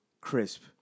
crisp